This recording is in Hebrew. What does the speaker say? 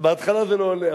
בהתחלה זה לא עולה,